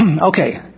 Okay